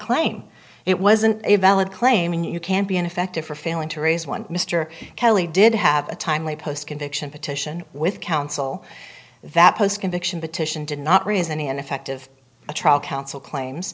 claim it wasn't a valid claim and you can't be ineffective for failing to raise one mr kelly did have a timely post conviction petition with counsel that post conviction petition did not raise any and effective a trial counsel claims